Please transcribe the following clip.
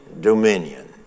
dominion